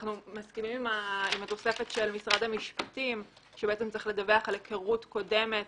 אנחנו מסכימים עם התוספת של משרד המשפטים שצריך לדווח על היכרות קודמת